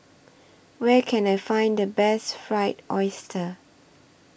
Where Can I Find The Best Fried Oyster